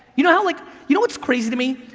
you know like you know what's crazy to me?